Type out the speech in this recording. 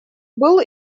был